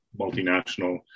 multinational